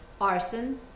Arson